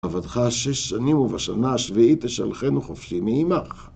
עבדך שש שנים ובשנה השביעית תשלחנו חופשי מעמך.